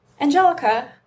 Angelica